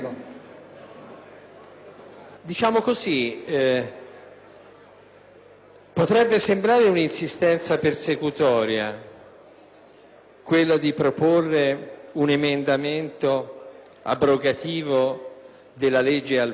Diciamo così: potrebbe sembrare un'insistenza persecutoria, quella di proporre un emendamento abrogativo della legge Alfano,